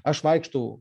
aš vaikštau